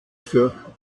für